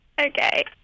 Okay